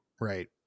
Right